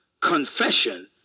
confession